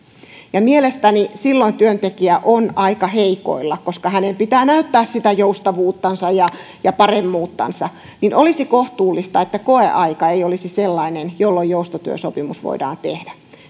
mielestäni silloin työntekijä on aika heikoilla koska hänen pitää näyttää sitä joustavuuttansa ja paremmuuttansa niin että olisi kohtuullista että koeaika ei olisi sellainen jolloin joustotyösopimus voidaan tehdä